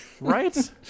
Right